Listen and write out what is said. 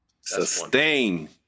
Sustain